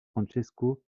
francesco